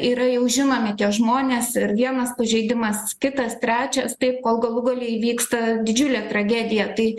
yra jau žinomi tie žmonės ir vienas pažeidimas kitas trečias taip kol galų gale įvyksta didžiulė tragedija tai